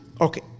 okay